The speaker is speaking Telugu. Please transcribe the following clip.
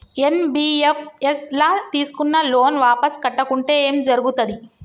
ఎన్.బి.ఎఫ్.ఎస్ ల తీస్కున్న లోన్ వాపస్ కట్టకుంటే ఏం జర్గుతది?